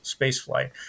spaceflight